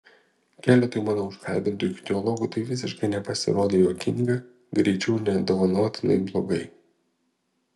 keletui mano užkalbintų ichtiologų tai visiškai nepasirodė juokinga greičiau nedovanotinai blogai